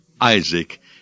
Isaac